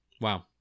Wow